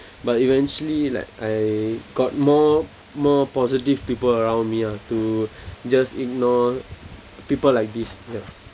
but eventually like I got more more positive people around me ah to just ignore people like this ya